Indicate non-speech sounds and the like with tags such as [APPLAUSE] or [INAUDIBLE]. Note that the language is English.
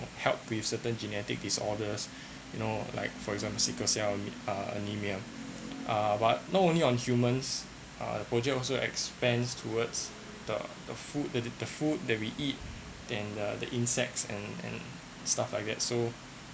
help with certain genetic disorders [BREATH] you know like for example sickle cell uh anemia uh but not only on humans uh project also expands towards the the food the the the food that we eat than the insects and and stuff like that so